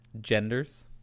Genders